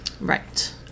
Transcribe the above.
Right